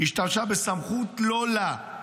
השתמשה בסמכות לא לה,